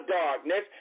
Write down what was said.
darkness